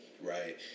right